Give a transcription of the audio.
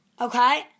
Okay